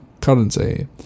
currency